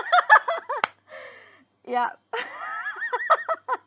yup ̀